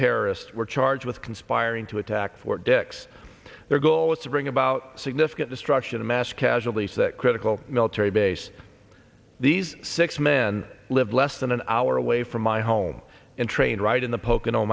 terrorists were charged with conspiring to attack fort dix their goal was to bring about significant destruction of mass casualties that critical military base these six men live less than an hour away from my home and trained right in the pocono